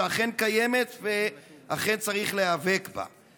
שאכן קיימת ואכן צריך להיאבק בה.